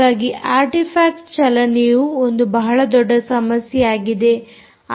ಹಾಗಾಗಿ ಅರ್ಟಿಫಾಕ್ಟ್ ಚಲನೆಯು ಒಂದು ಬಹಳ ದೊಡ್ಡ ಸಮಸ್ಯೆಯಾಗಿದೆ